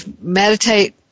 meditate